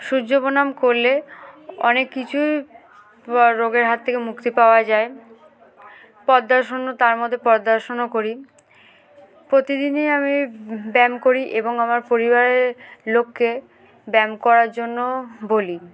সূর্য প্রণাম করলে অনেক কিছুই বা রোগের হাত থেকে মুক্তি পাওয়া যায় পদ্মাসনও তার মধ্যে পদ্মাসনও করি প্রতিদিনই আমি ব্যায়াম করি এবং আমার পরিবারের লোককে ব্যায়াম করার জন্য বলি